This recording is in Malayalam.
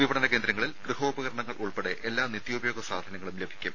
വിപണന കേന്ദ്രങ്ങളിൽ ഗൃഹോപകരണങ്ങൾ ഉൾപ്പടെ എല്ലാ നിത്യോപയോഗ സാധനങ്ങളും ലഭിക്കും